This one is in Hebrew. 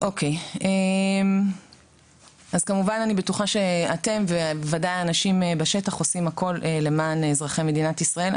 אני בטוחה שאתם וודאי האנשים בשטח עושים הכול למען אזרחי מדינת ישראל.